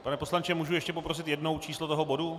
Pane poslanče, můžu ještě poprosit jednou číslo bodu?